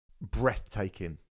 breathtaking